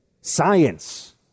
science